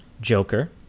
Joker